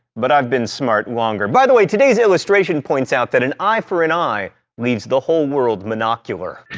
but i've been smart longer. by the way, today's illustration points out that an eye for an eye leaves the whole world monocular.